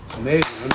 amazing